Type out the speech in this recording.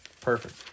Perfect